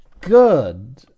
good